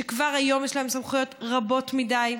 שכבר היום יש להם סמכויות רבות מדי,